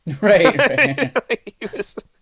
Right